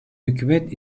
hükümet